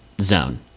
zone